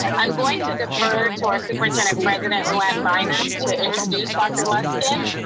i'm going to defer to our superintendent president lou anne bynum, to introduce dr. luskin.